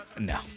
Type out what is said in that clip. No